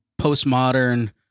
postmodern